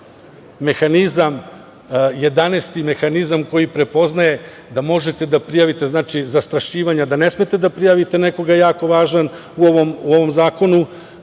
jedanaesti mehanizam koji prepoznaje da možete da prijavite zastrašivanje, da ne smete da prijavite nekoga, jako važan u ovom zakonu,